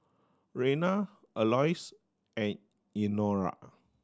Rena Alois and Elnora